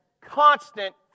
Constant